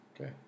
Okay